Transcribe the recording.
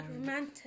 romantic